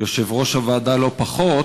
יושב-ראש הוועדה, לא פחות,